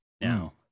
Now